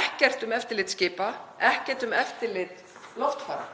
Ekkert um eftirlit skipa, ekkert um eftirlit loftfara.